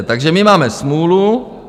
Takže my máme smůlu.